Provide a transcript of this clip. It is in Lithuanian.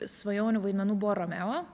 svajonių vaidmenų buvo romeo